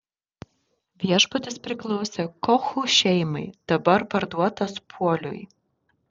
viešbutis priklausė kochų šeimai dabar parduotas puoliui